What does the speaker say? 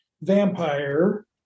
vampire